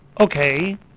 Okay